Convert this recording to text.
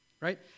Right